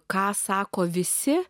ką sako visi